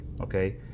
okay